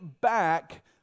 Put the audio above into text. back